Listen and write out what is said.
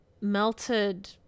melted